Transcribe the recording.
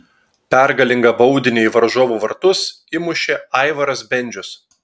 pergalingą baudinį į varžovų vartus įmušė aivaras bendžius